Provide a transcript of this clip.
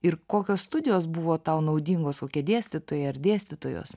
ir kokios studijos buvo tau naudingos kokie dėstytojai ar dėstytojos